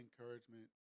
encouragement